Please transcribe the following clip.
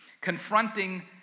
confronting